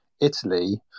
Italy